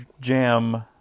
Jam